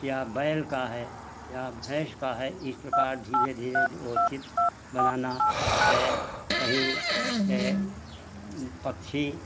या बैल का है या भैँस का है इस प्रकार धीरे धीरे जो वह चित्र बनाना है कहीं है पक्षी